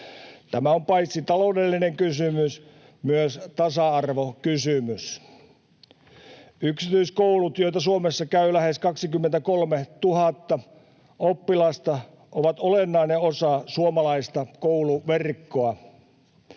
Tämä on paitsi taloudellinen kysymys myös tasa-arvokysymys. Yksityiskoulut, joita Suomessa käy lähes 23 000 oppilasta, ovat olennainen osa suomalaista kouluverkkoa.